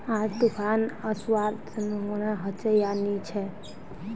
आज तूफ़ान ओसवार संभावना होचे या नी छे?